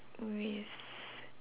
oh yes